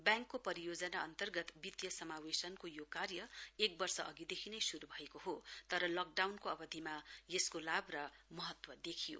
ब्याङ्कको परियोजना अन्तर्गत वित्तीय समावेशनको यो कार्य एक वर्ष अघिदेखि नै शुरू भएको हो तर लकडाउनको अवधिमा यसको लाभ र महत्व देखियो